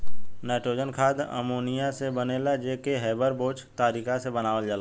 nitrogen खाद ammonia से बनेला जे के हैबर बोच तारिका से बनावल जाला